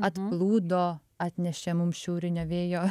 atplūdo atnešė mums šiaurinio vėjo